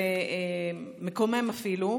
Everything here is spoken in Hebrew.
מקומם אפילו.